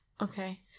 okay